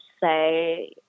say